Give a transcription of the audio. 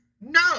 No